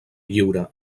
lliure